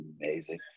amazing